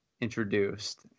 introduced